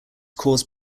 caused